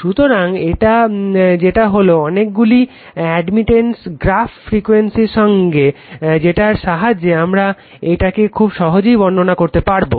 সুতরাং এটা যেটা হলো অনেকগুলি অ্যাডমিটেন্স গ্রাফ ফ্রিকুয়েন্সির সঙ্গে যেটার সাহায্যে আমরা এটাকে খুব সহজেই বর্ণনা করতে পারবো